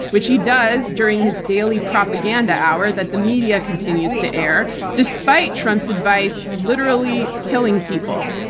which he does during his daily propaganda hour that the media continues to air despite trump's advice literally killing people.